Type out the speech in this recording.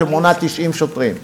שמונה 90 שוטרים,